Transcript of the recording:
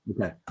Okay